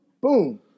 boom